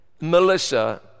Melissa